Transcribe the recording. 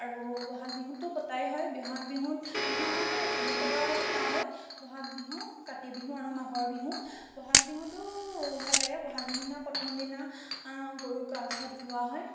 আৰু ব'হাগ বিহুটো পতাই হয় ব'হাগ বিহুত বিহু আমাৰ তিনিটা পতা হয় ব'হাগ বিহু কাতি বিহু আৰু মাঘৰ বিহু ব'হাগ বিহুটো ভাল লাগে ব'হাগ বিহুৰদিনা প্ৰথমদিনা গৰুক গা চা ধোৱা হয়